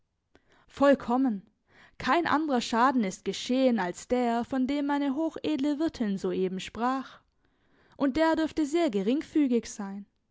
vollkommen kein anderer schaden ist geschehen als der von dem meine hochedle wirtin soeben sprach und der dürfte sehr geringfügig sein